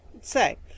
Say